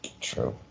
True